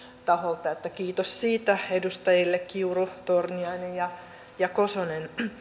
taholta kiitos siitä edustajille kiuru torniainen ja ja kosonen